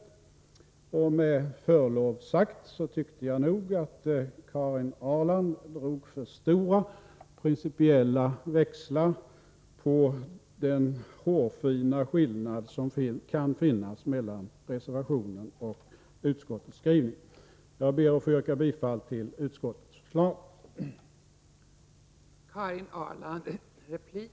Jag tycker nog med förlov sagt att Karin Ahrland drog för stora principiella växlar på den hårfina skillnad som kan finnas mellan reservationen och utskottets skrivning. Jag ber att få yrka bifall till utskottets hemställan.